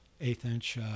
eighth-inch